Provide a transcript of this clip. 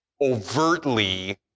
overtly